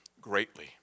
greatly